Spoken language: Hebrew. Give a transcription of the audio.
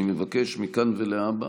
אני מבקש מכאן ולהבא,